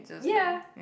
ya